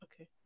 okay